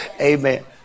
amen